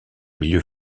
milieu